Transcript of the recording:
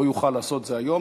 לא יוכל לעשות את זה היום,